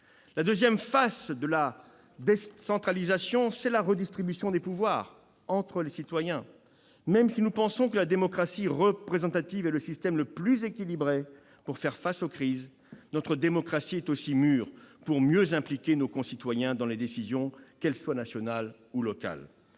La deuxième face de la décentralisation, c'est la redistribution des pouvoirs entre les citoyens. Même si nous pensons que la démocratie représentative est le système le plus équilibré pour faire face aux crises, notre démocratie est aussi mûre pour mieux impliquer nos concitoyens dans les décisions, qu'elles soient nationales ou locales.